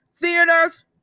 theaters